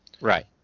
right